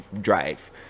drive